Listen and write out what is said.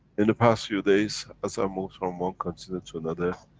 in the past few days, as i moved from one consider to another.